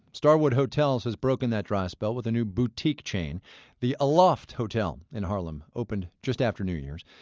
starwood hotels has broken that dry spell with a new boutique chain the aloft hotel in harlem opened just after new year's.